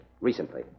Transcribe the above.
Recently